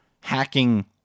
hacking